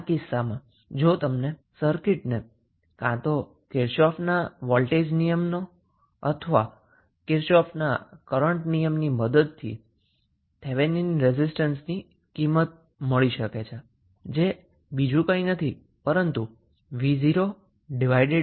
આ કિસ્સામાં જો તમને સર્કિટને કાં તો કિર્ચોફ વોલ્ટેજ નિયમ અથવા કિર્ચોફ કરન્ટ નિયમ ની મદદથી સોલ્વ કરી શકો છો તમે થેવેનિન રેઝિસ્ટન્સની વેલ્યુ મેળવી શકો છે જે બીજું કંઈ નથી પરંતુ v0 i0 છે